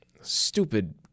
stupid